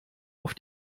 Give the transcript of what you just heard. auf